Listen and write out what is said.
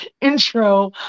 intro